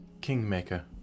kingmaker